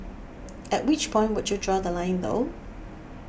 at which point would you draw The Line though